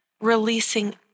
releasing